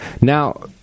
Now